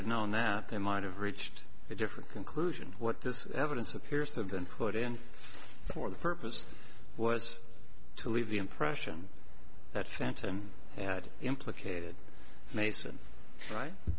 had known that they might have reached a different conclusion what this evidence appears to have been put in for the purpose was to leave the impression that phantom had implicated mason right